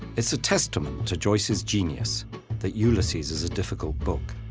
it's a testament to joyce's genius that ulysses is a difficult book.